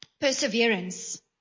perseverance